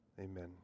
Amen